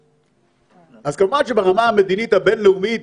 אז כמובן שברמה המדינית הבין-לאומית,